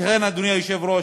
לכן, אדוני היושב-ראש,